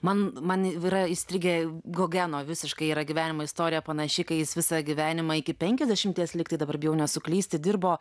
man man yra įstrigę gogeno visiškai yra gyvenimo istorija panaši kai jis visą gyvenimą iki penkiasdešimties lyg tai dabar bijau net suklysti dirbo